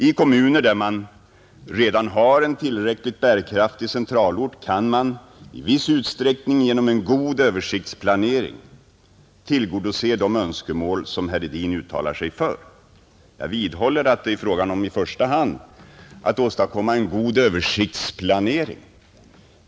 I kommuner där det redan finns en tillräckligt bärkraftig centralort kan man i viss utsträckning genom en god översiktsplanering tillgodose de önskemål som herr Hedin uttalar sig för. Jag vidhåller emellertid att det i första hand är fråga om att åstadkomma en god översiktsplanering.